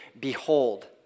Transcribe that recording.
Behold